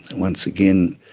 once again,